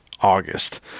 august